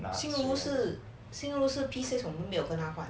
xin ru 是 xin ru 是 P six mummy 没有跟他换